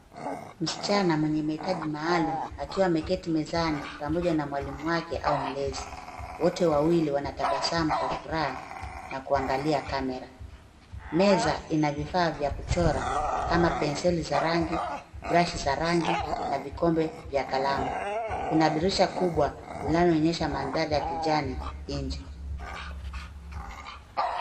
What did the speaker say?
Msichana mwenye mahitaji maalumu akiwa ameketi mezani, pamoja na mwaulimu wake au mlezi. Wote wawili wanatabasamu kwa furaha na kuangalia [camera], meza ina vifaa za kuchora kama penseli za rangi, [brush] za rangi, na vikombe vya kalamu, kuna dirisha kubwa linanonyesha maathari ya kijani nje.